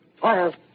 Fire